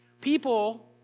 people